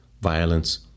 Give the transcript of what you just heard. violence